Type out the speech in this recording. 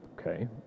Okay